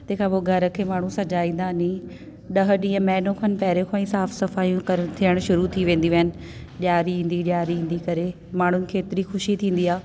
तंहिंखां पोइ घर खे माण्हू सॼाईंदा नी ॾह ॾींअं महीनो खनि पहिरियों खां ई साफ़ सफ़ाइयूं करण थियण शुरू थी वेंदियूं आहिनि ॾिआरी ईंदी ॾिआरी ईंदी करे माण्हूं खे एतिरी खुशी थींदी आहे